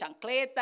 chancleta